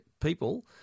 people